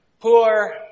poor